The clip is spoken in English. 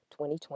2020